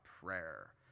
prayer